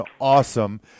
awesome